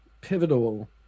pivotal